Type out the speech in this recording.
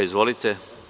Izvolite.